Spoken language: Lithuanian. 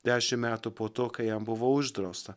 dešimt metų po to kai jam buvo uždrausta